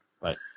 Right